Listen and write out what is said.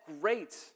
great